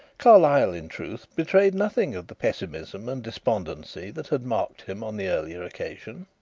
carlyle, in truth, betrayed nothing of the pessimism and despondency that had marked him on the earlier occasion.